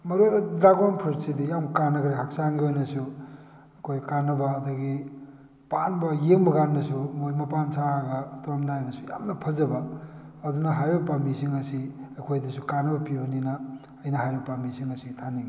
ꯃꯔꯨ ꯑꯣꯏꯅ ꯗ꯭ꯔꯥꯒꯣꯟ ꯐ꯭ꯔꯨꯠꯁꯤꯗꯤ ꯌꯥꯝ ꯀꯥꯟꯅꯈ꯭ꯔꯦ ꯍꯛꯆꯥꯡꯒꯤ ꯑꯣꯏꯅꯁꯨ ꯑꯩꯈꯣꯏ ꯀꯥꯟꯅꯕ ꯑꯗꯒꯤ ꯄꯥꯟꯕ ꯌꯦꯡꯕ ꯀꯥꯟꯗꯁꯨ ꯃꯣꯏ ꯃꯄꯥꯟ ꯁꯥꯔꯒ ꯇꯧꯔꯝꯗꯥꯏꯗꯁꯨ ꯌꯥꯝꯅ ꯐꯖꯕ ꯑꯗꯨꯅ ꯍꯥꯏꯔꯤꯕ ꯄꯥꯝꯕꯤꯁꯤꯡ ꯑꯁꯤ ꯑꯩꯈꯣꯏꯗꯁꯨ ꯀꯥꯟꯅꯕ ꯄꯤꯕꯅꯤꯅ ꯑꯩꯅ ꯍꯥꯏꯔꯤꯕ ꯄꯥꯝꯕꯤꯁꯤꯡ ꯑꯁꯤ ꯊꯥꯅꯤꯡꯏ